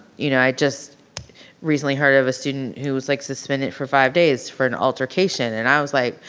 you know i just recently heard of a student who was like suspended for five days for an altercation and i was like,